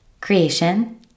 creation